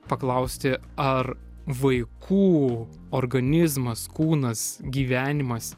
paklausti ar vaikų organizmas kūnas gyvenimas